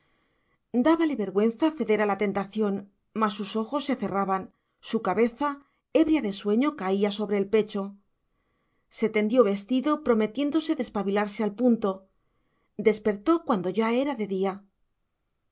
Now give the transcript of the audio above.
dábale vergüenza ceder a la tentación mas sus ojos se cerraban su cabeza ebria de sueño caía sobre el pecho se tendió vestido prometiéndose despabilarse al punto despertó cuando ya era de día